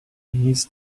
his